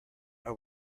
are